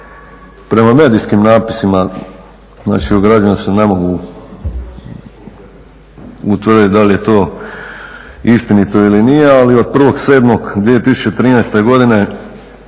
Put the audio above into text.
Prema medijskim napisima, znači ograđujem se, ne mogu utvrditi da li je to istinito ili nije, ali od 1.07.2013. godine